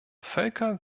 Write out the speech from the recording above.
völker